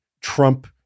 trump